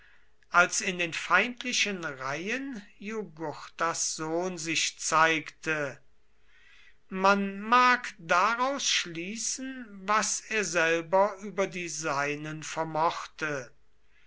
als in den feindlichen reihen jugurthas sohn sich zeigte man mag daraus schließen was er selber über die seinen vermochte